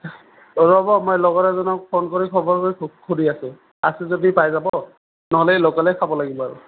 ৰ'ব মই লগৰ এজনক ফোন কৰি খবৰ কৰি সুধি আছোঁ আছে যদি পায় যাব নহ'লে ল'কেলেই খাব লাগিব আৰু